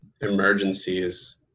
emergencies